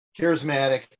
charismatic